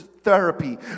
therapy